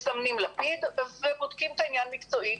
מסמנים לפיד ואז בודקים את העניין מקצועית.